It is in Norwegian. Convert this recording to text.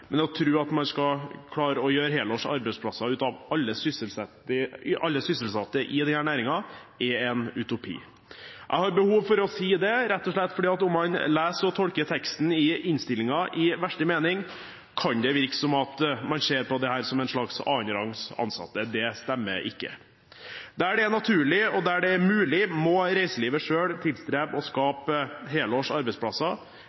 men å tro at man skal klare å gjøre helårs arbeidsplasser ut av all sysselsetting i denne næringen, er en utopi. Jeg har behov for å si det rett og slett fordi det, hvis man leser og tolker teksten i innstillingen i verste mening, kan virke som om man ser på dette som en slags annenrangs ansatte. Det stemmer ikke. Der det er naturlig, og der det er mulig, må reiselivet selv tilstrebe